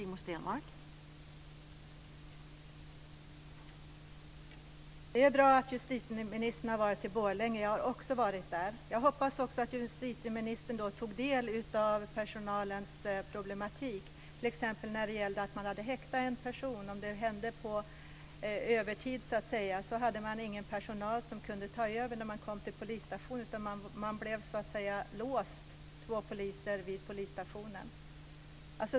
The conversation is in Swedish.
Fru talman! Det är bra att justitieministern har varit i Borlänge, jag har också varit där. Jag hoppas också att justitieministern då tog del av personalens problem. T.ex. gällde det att man hade häktat en person - detta hände så att säga på övertid - och då fanns det ingen personal som kunde ta över när man kom till polisstationen, utan två poliser blev låsta vid polisstationen.